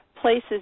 places